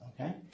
okay